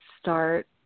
start